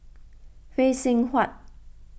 Phay Seng Whatt